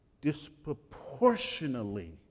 disproportionately